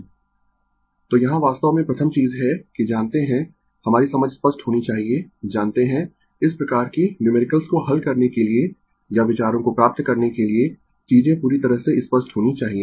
Refer Slide Time 0024 तो यहाँ वास्तव में प्रथम चीज है कि जानते है हमारी समझ स्पष्ट होनी चाहिए जानते है इस प्रकार कि न्यूमेरिकल्स को हल करने के लिए या विचारों को प्राप्त करने के लिए चीजें पूरी तरह से स्पष्ट होनी चाहिए